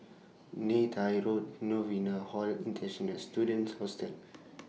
Neythai Road Novena Hall International Students Hostel